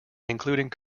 including